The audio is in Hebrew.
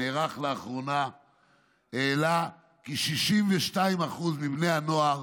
שנערך לאחרונה העלה כי 62% מבני הנוער